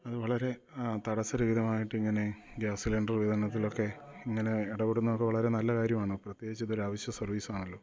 അതു വളരെ തടസ്സരഹിതമായിട്ടിങ്ങനെ ഗ്യാസ് സിലിണ്ടർ വിതരണത്തിലൊക്കെ ഇങ്ങനെ ഇടപെടുന്നതൊക്കെ വളരെ നല്ല കാര്യമാണ് പ്രത്യേകിച്ച് ഇതൊരവശ്യ സർവ്വീസാണല്ലോ